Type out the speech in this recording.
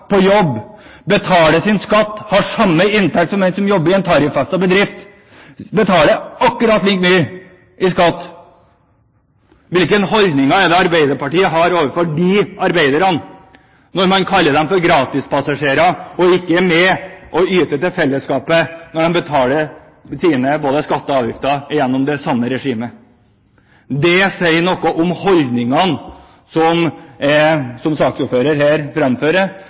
på jobb, betaler sin skatt, har samme inntekt som en som jobber i en bedrift med tariffavtale, og betaler akkurat like mye i skatt? Hvilke holdninger er det Arbeiderpartiet har til disse arbeiderne, når man kaller dem gratispassasjerer og sier at de ikke er med og yter til fellesskapet – når de betaler både sine skatter og sine avgifter gjennom det samme regimet? Det sier noe om holdningene som saksordføreren her framfører, holdninger som